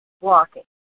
walking